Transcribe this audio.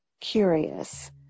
curious